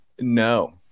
No